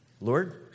Lord